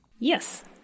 Yes